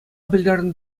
пӗлтернӗ